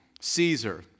Caesar